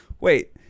Wait